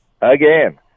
again